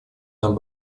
нам